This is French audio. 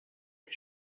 des